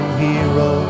hero